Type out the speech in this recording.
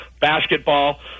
Basketball